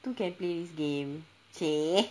two can play this game !chey!